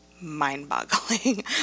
mind-boggling